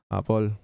Apple